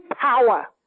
power